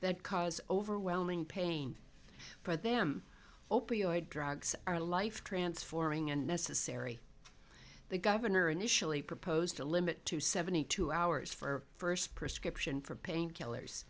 that cause overwhelming pain for them opioid drugs are a life transforming and necessary the governor initially proposed a limit to seventy two hours for first prescription for pain killers